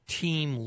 team